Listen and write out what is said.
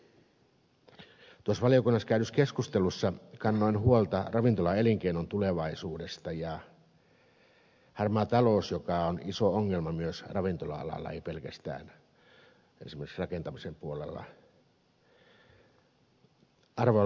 tuossa valiokunnassa käydyssä keskustelussa kannoin huolta ravintolaelinkeinon tulevaisuudesta ja siitä että harmaa talous on iso ongelma myös ravintola alalla ei pelkästään esimerkiksi rakentamisen puolella